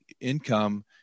income